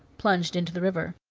plunged into the river.